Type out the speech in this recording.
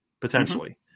potentially